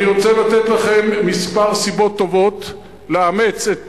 אני רוצה לתת לכם כמה סיבות טובות לאמץ את